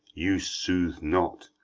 you sooth'd not,